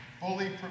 fully